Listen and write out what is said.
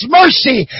mercy